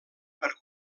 per